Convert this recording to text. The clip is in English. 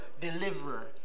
deliverer